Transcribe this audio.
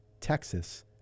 Texas